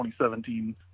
2017